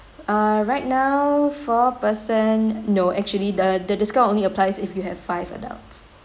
ah right now four person no actually the the discount only applies if you have five adults